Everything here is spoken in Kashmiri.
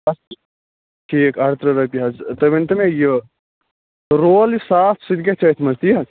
ٹھیٖک اَرٕتٕرٛہ رۄپیہِ حظ تُہۍ ؤنتو مےٚ یہِ رول یُس صاف سُہ تہِ گَژھِ أتھۍ منٛز تی حظ